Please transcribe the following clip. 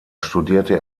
studierte